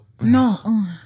No